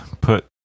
put